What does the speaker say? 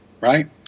right